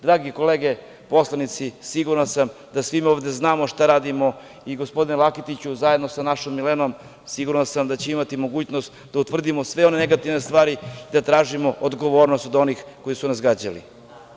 Drage kolege poslanici, siguran sam da svi mi ovde znamo šta radimo i gospodine Laketiću zajedno sa našom Milenom, siguran sam da će imati mogućnost da utvrdimo sve one negativne stvari i da tražimo odgovornost od onih koji su nas gađali.